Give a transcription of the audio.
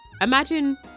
Imagine